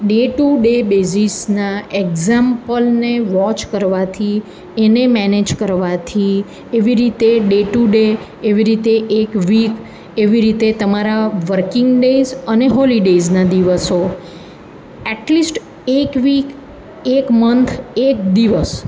day to day બેઝિઝના એકઝામ્પલને watch કરવાથી એને મેનેજ કરવાથી એવી રીતે ડે ટુ ડે એવી રીતે એક વીક એવી રીતે તમારા વર્કિંગ ડેઝ અને હોલિડેઝના દિવસો એટલીસ્ટ એક વીક એક મંથ એક દિવસ